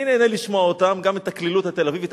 אני נהנה לשמוע אותם, גם את הקלילות התל-אביבית.